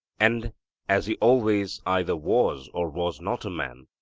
and as he always either was or was not a man,